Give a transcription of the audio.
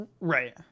Right